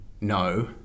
no